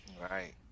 Right